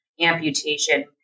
amputation